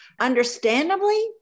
understandably